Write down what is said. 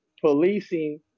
policing